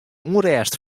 ûnrêst